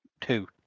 two